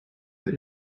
that